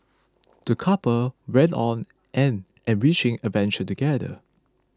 the couple went on an enriching adventure together